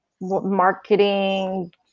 marketing